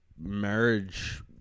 marriage